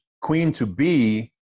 queen-to-be